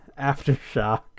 Aftershock